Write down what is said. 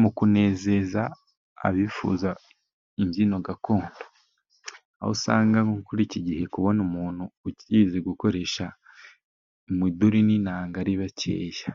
mu kunezeza abifuza imbyino gakondo, aho usanga muri iki gihe kubona umuntu ukizi gukoresha umuduri n'inanga ari bakeya.